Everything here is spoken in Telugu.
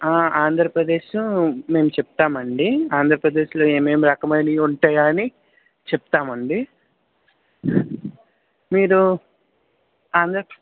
ఆంధ్రప్రదేశ్ మేం చెప్తామండి ఆంధ్రప్రదేశ్లో ఏమేమి రకమైనవి ఉంటాయో అని చెప్తామండి మీరు ఆంధ్ర